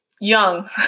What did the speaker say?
young